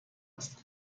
هستم